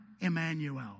Emmanuel